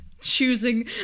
choosing